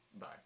bye